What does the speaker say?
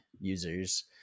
users